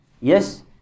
Yes